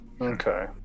Okay